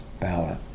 ballot